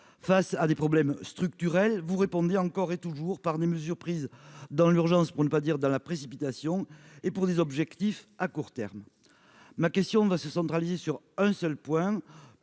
face à des problèmes structurels vous répondiez encore et toujours par des mesures prises dans l'urgence, pour ne pas dire dans la précipitation et pour des objectifs à court terme, ma question va se centraliser sur un seul point